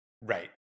Right